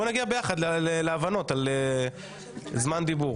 בואי נגיע ביחד להבנות על זמן דיבור.